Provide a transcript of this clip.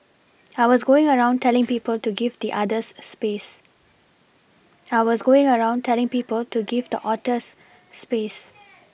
I was going around telling people to give the otters space